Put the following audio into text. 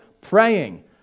praying